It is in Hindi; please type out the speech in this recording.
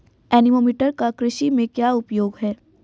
एनीमोमीटर का कृषि में क्या उपयोग है?